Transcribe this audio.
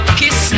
kiss